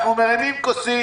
אנחנו מרימים כוסית,